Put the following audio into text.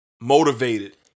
Motivated